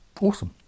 awesome